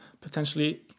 potentially